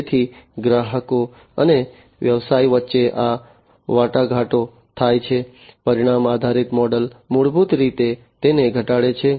તેથી ગ્રાહકો અને વ્યવસાય વચ્ચે આ વાટાઘાટો થાય છે પરિણામ આધારિત મોડેલ મૂળભૂત રીતે તેને ઘટાડે છે